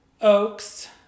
Oaks